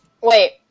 Wait